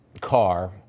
car